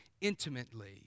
intimately